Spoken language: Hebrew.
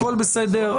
הכול בסדר,